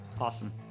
Awesome